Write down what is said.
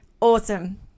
Awesome